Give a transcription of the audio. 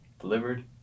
Delivered